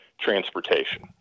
transportation